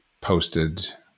posted